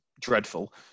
dreadful